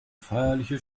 feierlicher